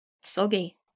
soggy